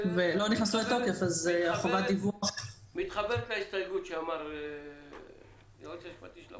אז את מתחברת להסתייגות שאמר היועץ המשפטי לוועדה.